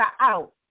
out